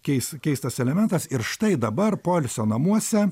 keis keistas elementas ir štai dabar poilsio namuose